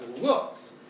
looks